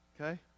Okay